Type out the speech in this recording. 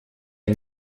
nog